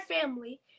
family